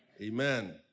Amen